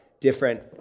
different